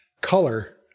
color